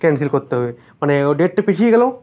cancel করতে হবে মানে ও ডেটটা পিছিয়ে গেলো